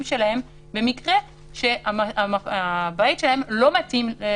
שלהם במקרה שהבית שלהם לא מתאים לבידוד,